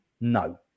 no